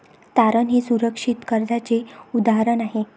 तारण हे सुरक्षित कर्जाचे उदाहरण आहे